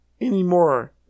anymore